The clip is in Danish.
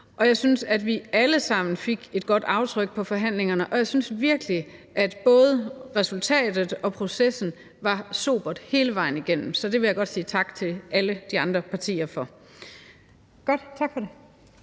og jeg synes, at vi alle sammen fik sat et godt aftryk på forhandlingerne, og jeg synes virkelig, at både resultatet og processen var sobert hele vejen igennem, så det vil jeg godt sige tak til alle de andre partier for.